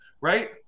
Right